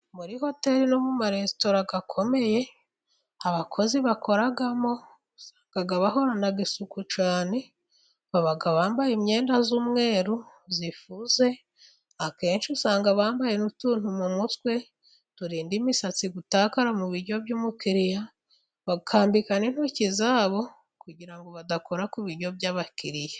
Muri hoteri no mu maresitora akomeye, abakozi bakoramo bahorana isuku cyane bambaye imyenda y'umweru ifuze. Akenshi usanga bambaye n'utuntu mu mutwe turinda imisatsi gutakara mu biryo by'umukiriya, bakambika n'intoki zabo kugira badakora ku biyo by'abakiriya.